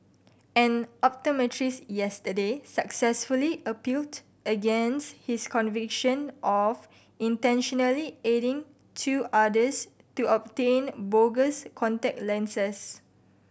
an optometrist yesterday successfully appealed against his conviction of intentionally aiding two others to obtain bogus contact lenses